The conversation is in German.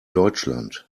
deutschland